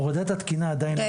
הורדת התקינה עדיין לא